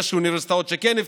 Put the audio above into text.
יש אוניברסיטאות שכן יפתחו,